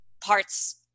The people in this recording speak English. parts